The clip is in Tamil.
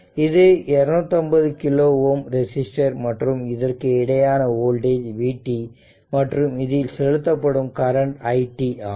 இது 250 KΩ ரெசிஸ்டர் மற்றும் இதற்கு இடையேயான வோல்டேஜ் vt மற்றும் இதில் செலுத்தப்படும் கரண்ட் i t ஆகும்